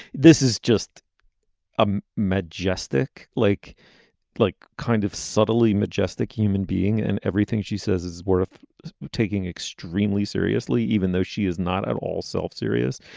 this is just a majestic lake like kind of suddenly majestic human being and everything she says is worth taking extremely seriously even though she is not at all self serious.